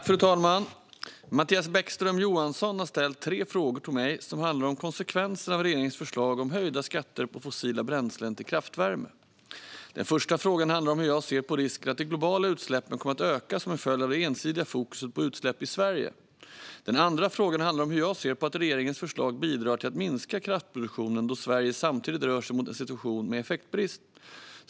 Fru talman! Mattias Bäckström Johansson har ställt tre frågor till mig som handlar om konsekvenserna av regeringens förslag om höjda skatter på fossila bränslen till kraftvärme. Den första frågan handlar om hur jag ser på risken för att de globala utsläppen kommer att öka som en följd av det ensidiga fokuset på utsläpp i Sverige. Den andra frågan handlar om hur jag ser på att regeringens förslag bidrar till att minska kraftproduktionen då Sverige samtidigt rör sig mot en situation med effektbrist.